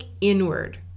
inward